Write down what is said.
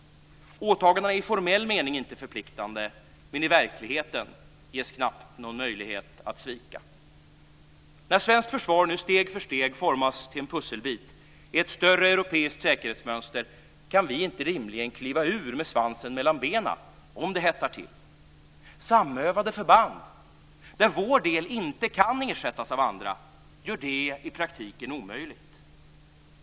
Åtagandena är i formell mening inte förpliktande, men i verkligheten ges knappast någon möjlighet att svika. När svenskt försvar nu steg för steg formas till en pusselbit i ett större europeiskt säkerhetsmönster kan vi rimligen inte kliva ur med svansen mellan benen om det hettar till. Samövade förband - där vår del inte kan ersättas av andra - gör det i praktiken omöjligt.